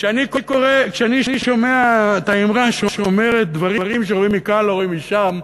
כשאני שומע את האמרה: דברים שרואים מכאן לא רואים משם,